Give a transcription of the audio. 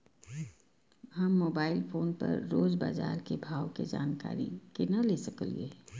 हम mobile phone पर रोज बाजार के भाव के जानकारी केना ले सकलिये?